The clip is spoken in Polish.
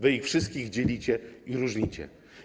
Wy ich wszystkich dzielicie i różnicie.